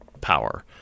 power